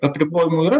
apribojimų yra